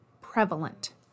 prevalent